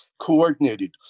coordinated